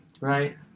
Right